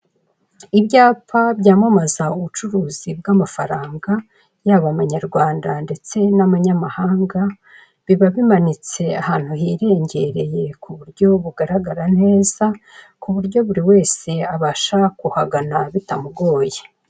Ibyapa byamamaza ubucuruzi bw'amafaranaga yaba amanyarwanda ndetse n'amanyamahanga biba bimanitse ahantu hirengereye ku buryo bugaragara neza ku buryo buri wese abasha kuhagana bitamugoye.